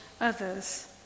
others